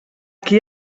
qui